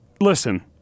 listen